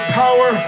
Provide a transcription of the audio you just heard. power